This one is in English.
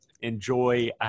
enjoy